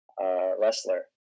wrestler